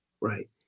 Right